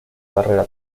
carrera